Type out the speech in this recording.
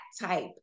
type